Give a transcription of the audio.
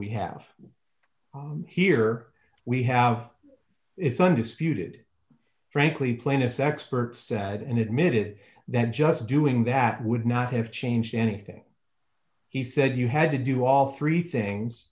we have here we have it's undisputed frankly plaintiff's expert said and admitted that just doing that would not have changed anything he said you had to do all three things